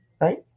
Right